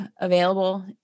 available